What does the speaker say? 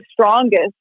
strongest